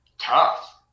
tough